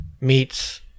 meets